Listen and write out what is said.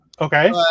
Okay